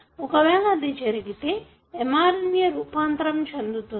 ఒకవేళ అది జరిగితే mRNA రూపాంతరం చెందుతుంది